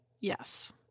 Yes